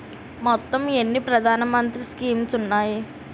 మొత్తం ఎన్ని ప్రధాన మంత్రి స్కీమ్స్ ఉన్నాయి?